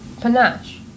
Panache